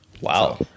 Wow